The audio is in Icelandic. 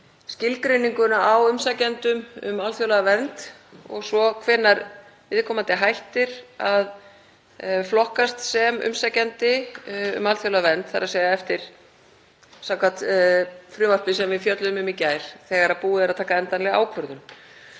skilgreininguna á umsækjendum um alþjóðlega vernd og svo hvenær viðkomandi hættir að flokkast sem umsækjandi um alþjóðlega vernd, þ.e. samkvæmt frumvarpi sem við fjölluðum um í gær, þegar búið er að taka endanlega ákvörðun.